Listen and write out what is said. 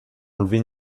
enlever